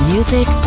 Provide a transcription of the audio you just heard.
Music